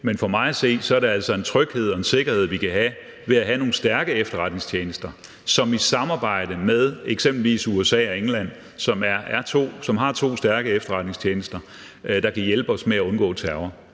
Men for mig at se er det altså en tryghed og en sikkerhed, vi kan have, ved at have nogle stærke efterretningstjenester, som samarbejder med eksempelvis USA og England, som har to stærke efterretningstjenester, der kan hjælpe os med at undgå terror.